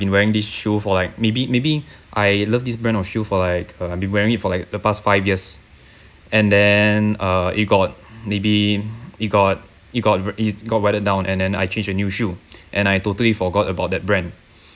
been wearing this shoe for like maybe maybe I love this brand of shoe for like uh been wearing it for like the past five years and then uh it got maybe it got it got it got weathered down and then I change a new shoe and I totally forgot about that brand